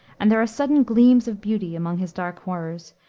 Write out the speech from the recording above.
and there are sudden gleams of beauty among his dark horrors,